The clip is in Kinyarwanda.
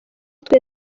twe